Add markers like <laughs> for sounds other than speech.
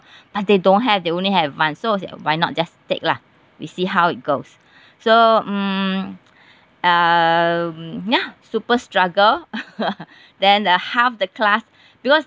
but they don't have they only have advanced so I said why not just take lah we see how it goes so mm um ya super struggle <laughs> then uh half the class because